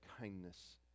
kindness